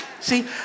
See